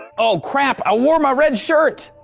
oh crap, i wore my red shirt.